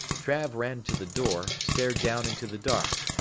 trav ran to the door, stared down into the dark.